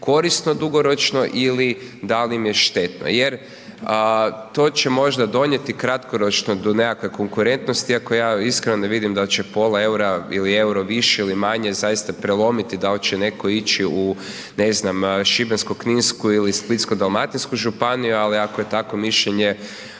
korisno dugoročno ili da li im je štetno. Jer to će možda donijeti kratkoročno do nekakve konkurentnosti iako ja iskreno ne vidim da će pola EUR-a ili EUR-o više ili manje zaista prelomiti, dal će netko ići u ne znam šibensko-kninsku ili splitsko-dalmatinsku županiju, ali ako je takvo mišljenje,